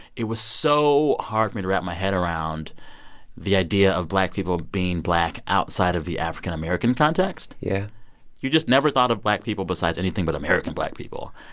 it was so hard for me to wrap my head around the idea of black people being black outside of the african-american context yeah you just never thought of black people besides anything but american black people.